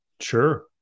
Sure